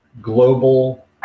global